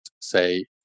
say